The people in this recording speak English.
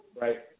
Right